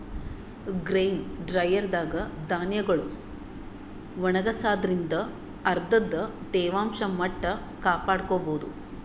grain dryer ದಾಗ್ ಧಾನ್ಯಗೊಳ್ ಒಣಗಸಾದ್ರಿನ್ದ ಅದರ್ದ್ ತೇವಾಂಶ ಮಟ್ಟ್ ಕಾಪಾಡ್ಕೊಭೌದು